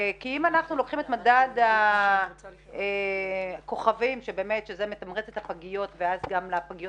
אנחנו לוקחים את מדד הכוכבים שמתמרץ את הפגיות ואז גם לפגיות